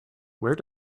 where